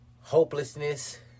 hopelessness